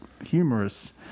humorous